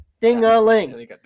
Ding-a-ling